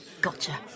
Gotcha